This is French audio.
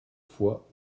fois